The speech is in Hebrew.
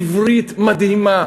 עברית מדהימה.